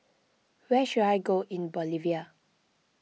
where should I go in Bolivia